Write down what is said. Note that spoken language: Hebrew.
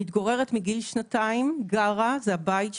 מתגוררת מגיל שנתיים, גרה, זה הבית שלה,